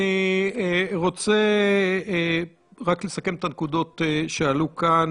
אני רוצה רק לסכם את הנקודות שעלו כאן.